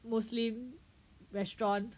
muslim restaurant